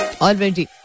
Already